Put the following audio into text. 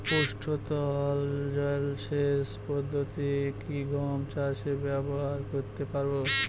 পৃষ্ঠতল জলসেচ পদ্ধতি কি গম চাষে ব্যবহার করতে পারব?